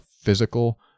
physical